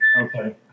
Okay